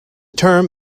term